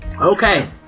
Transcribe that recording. Okay